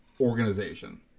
organization